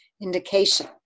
indication